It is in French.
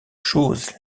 choses